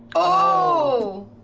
oh.